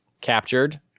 captured